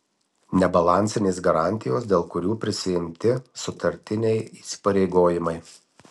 nebalansinės garantijos dėl kurių prisiimti sutartiniai įsipareigojimai